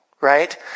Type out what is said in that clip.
Right